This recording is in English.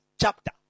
chapter